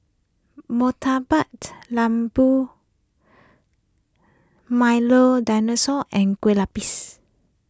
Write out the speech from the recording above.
Murtabak Lembu Milo Dinosaur and Kueh Lapis